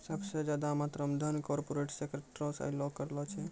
सभ से ज्यादा मात्रा मे धन कार्पोरेटे सेक्टरो से अयलो करे छै